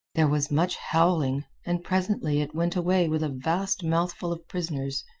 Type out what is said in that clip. there was much howling, and presently it went away with a vast mouthful of prisoners.